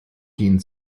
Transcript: gehen